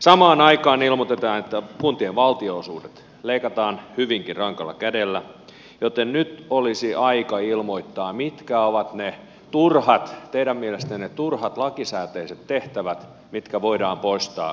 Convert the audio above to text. samaan aikaan ilmoitetaan että kuntien valtionosuuksia leikataan hyvinkin rankalla kädellä joten nyt olisi aika ilmoittaa mitkä ovat ne turhat teidän mielestänne turhat lakisääteiset tehtävät mitkä voidaan poistaa